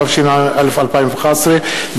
התשע"א 2011,